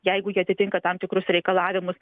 jeigu jie atitinka tam tikrus reikalavimus